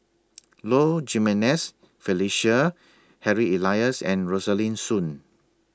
Low Jimenez Felicia Harry Elias and Rosaline Soon